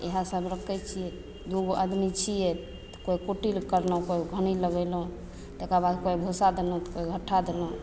इएह सब रखय छियै दू गो आदमी छियै तऽ कोइ कुट्टि करलहुँ कोइ घानी लगेलहुँ तकर बाद कोइ भूसा देलहुँ कोइ घठा देलहुँ